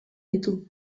ditu